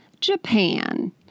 Japan